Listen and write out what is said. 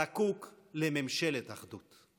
זקוק לממשלת אחדות.